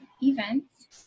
events